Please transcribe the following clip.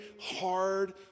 hard